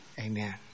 Amen